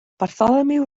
bartholomew